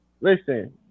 Listen